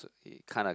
kinda